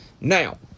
Now